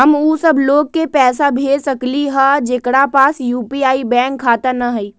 हम उ सब लोग के पैसा भेज सकली ह जेकरा पास यू.पी.आई बैंक खाता न हई?